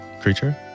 creature